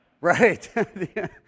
right